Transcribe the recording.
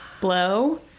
Blow